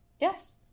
Yes